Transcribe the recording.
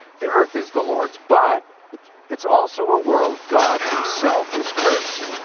the earth is the lord's. but it's also a world god himself has cursed.